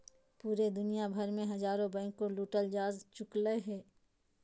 पूरे दुनिया भर मे हजारो बैंके लूटल जा चुकलय हें